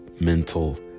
Mental